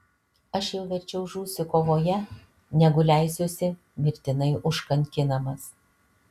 aš jau verčiau žūsiu kovoje negu leisiuosi mirtinai užkankinamas